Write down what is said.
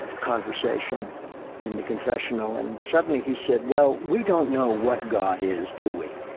ah conversation in the confessional. and suddenly, he said, well, we don't know what god is, do we?